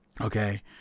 Okay